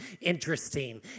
interesting